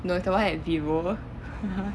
no it's the one at vivo